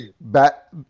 back